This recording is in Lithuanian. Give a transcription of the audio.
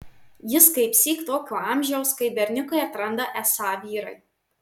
jis kaipsyk tokio amžiaus kai berniukai atranda esą vyrai